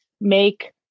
make